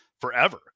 forever